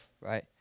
right